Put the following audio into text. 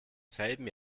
selben